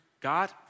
God